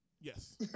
Yes